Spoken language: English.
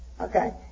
Okay